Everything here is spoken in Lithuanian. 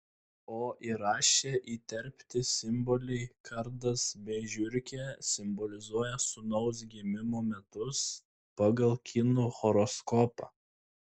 o įraše įterpti simboliai kardas bei žiurkė simbolizuoja sūnaus gimimo metus pagal kinų horoskopą